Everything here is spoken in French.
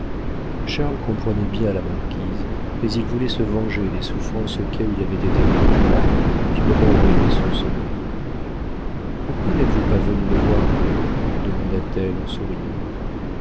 charles comprenait bien la marquise mais il voulait se venger des souffrances auxquelles il avait été en proie du moment où elle les soupçonnait pourquoi n'êtes-vous pas venu me voir demanda-t-elle en souriant